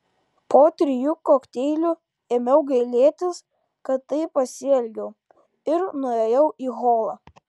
po trijų kokteilių ėmiau gailėtis kad taip pasielgiau ir nuėjau į holą